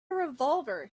revolver